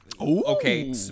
Okay